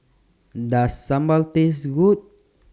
Does Sambal Taste Good